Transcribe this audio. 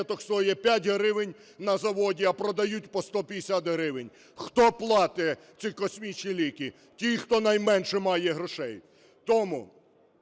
таблеток стоїть 5 гривень на заводі, а продають по 150 гривень. Хто платить ці космічні ліки? Ті, хто найменше має грошей. Тому